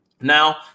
Now